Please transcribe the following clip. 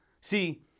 See